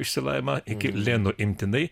išsilavinimą iki lenino imtinai